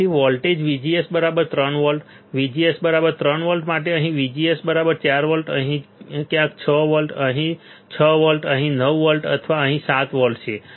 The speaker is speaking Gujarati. તેથી વોલ્ટેજ VGS 3 વોલ્ટ તે VGS ક્યાં 3 વોલ્ટ માટે અહીં ક્યાંક VGS 4 વોલ્ટ અહીં ક્યાંક 6 વોલ્ટ અહીં 8 વોલ્ટ અહીં 9 વોલ્ટ અથવા અહીં 7 વોલ્ટ છે